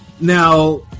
Now